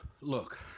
Look